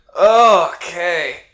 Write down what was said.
Okay